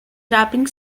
rapping